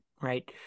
Right